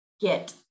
get